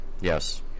Yes